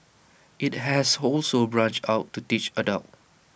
IT has also branched out to teach adults